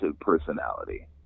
personality